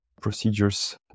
procedures